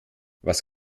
was